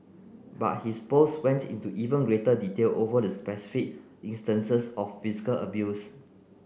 but his post went into even greater detail over the specific instances of physical abuse